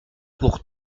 pour